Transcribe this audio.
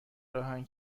راهن